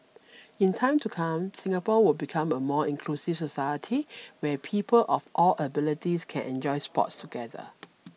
in time to come Singapore will become a more inclusive society where people of all abilities can enjoy sports together